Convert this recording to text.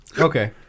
Okay